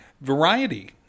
Variety